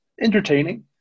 entertaining